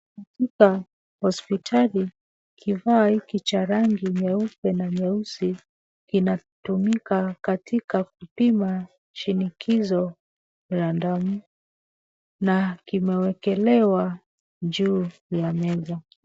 Katika hospitali, kifaa hiki cha rangi nyeupe na nyeusi inatumika katika kupima shinikizo la damu na kimewekelewa juu ya meza.